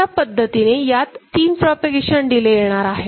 अशा पद्धतीने यात तीन प्रोपागेशन डिले येणार आहेत